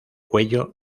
cuello